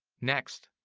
next,